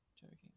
Joking